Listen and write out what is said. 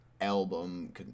album